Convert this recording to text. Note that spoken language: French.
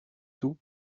tout